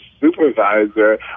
supervisor